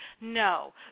No